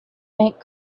bank